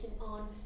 on